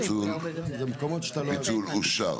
הצבעה אושר הפיצול אושר.